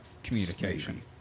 communication